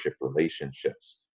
relationships